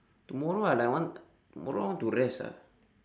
tomorrow I like want tomorrow I want to rest ah